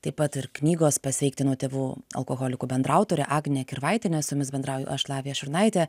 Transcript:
taip pat ir knygos pasveikti nuo tėvų alkoholikų bendraautorė agnė kirvaitienė su jumis bendrauju aš lavija šurnaitė